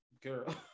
girl